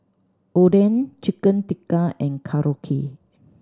Oden Chicken Tikka and Korokke